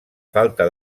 falta